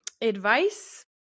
advice